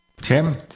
Tim